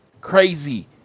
crazy